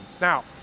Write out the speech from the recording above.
Now